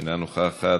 אינה נוכחת,